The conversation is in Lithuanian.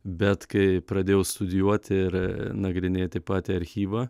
bet kai pradėjau studijuoti ir nagrinėti patį archyvą